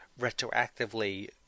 retroactively